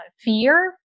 fear